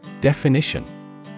Definition